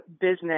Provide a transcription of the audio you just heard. business